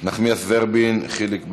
נחמיאס ורבין, חיליק בר,